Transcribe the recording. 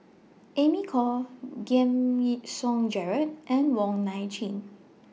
Amy Khor Giam Yean Song Gerald and Wong Nai Chin